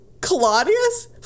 Claudius